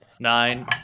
nine